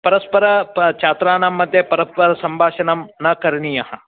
परस्परचात्राणां मध्ये परस्परसम्भाषणं न करणीयं